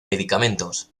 medicamentos